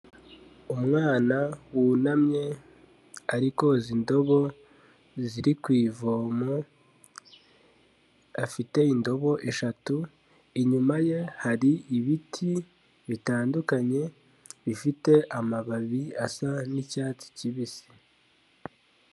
Umwana wunamye ari koza indobo ziri ku ivomo, afite indobo eshatu, inyuma ye hari ibiti bitandukanye bifite amababi asa n'icyatsi kibisi.